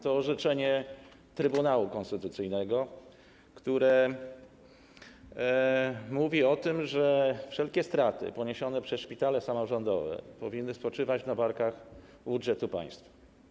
To orzeczenie Trybunału Konstytucyjnego, które mówi o tym, że wszelkie straty poniesione przez szpitale samorządowe powinny spoczywać na barkach budżetu państwa.